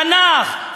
תנ"ך,